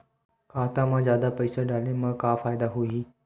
खाता मा जादा पईसा डाले मा का फ़ायदा होही?